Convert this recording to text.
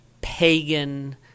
pagan